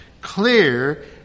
clear